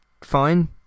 fine